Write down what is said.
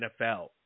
NFL